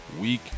week